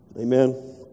Amen